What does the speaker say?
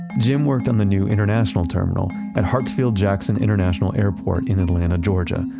jim worked on the new international terminal at hartsfield jackson international airport in atlanta, georgia,